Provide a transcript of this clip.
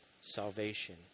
salvation